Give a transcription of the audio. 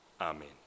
Amen